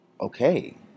Okay